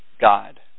God